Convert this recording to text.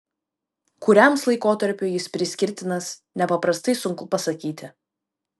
kuriams laikotarpiui jis priskirtinas nepaprastai sunku pasakyti